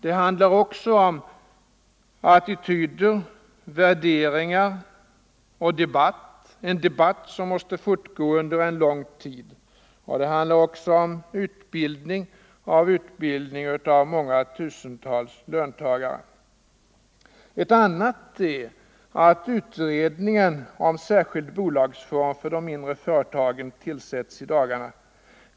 Det handlar också om attityder, värderingar och debatt — en debatt som måste fortgå under lång tid. Det handlar också om utbildning av tusentals löntagare. Ett annat skäl är att en utredning om särskild bolagsform för de mindre företagen tillsätts i dagarna.